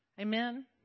Amen